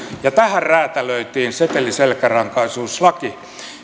ja tähän räätälöitiin seteliselkärankaisuuslaki